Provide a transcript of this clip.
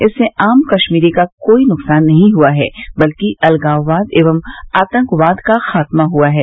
इससे आम कश्मीरी का कोई नुकसान नहीं हुआ है बल्कि अलगाववाद एवं आतंकवाद का खात्मा हुआ है